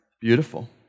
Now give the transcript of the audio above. beautiful